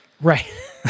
right